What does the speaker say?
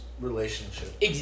relationship